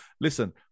listen